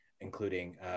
including